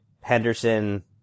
Henderson